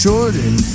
Jordan